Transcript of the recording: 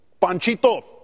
Panchito